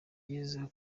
byiza